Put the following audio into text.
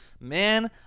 man